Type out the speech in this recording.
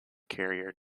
carrier